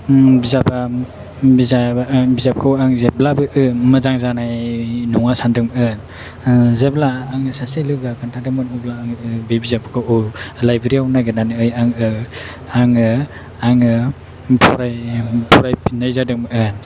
बिजाबखौ आं जेब्लाबो मोजां जानाय नङा सानदोंमोन जेब्ला आंनि सासे लोगोआ खोनथादोंमोन अब्ला आङो बे बिजाबखौ लाइब्रेरि आव नागिरनानै आङो फरायफिननाय जादोंमोन